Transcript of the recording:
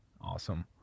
Awesome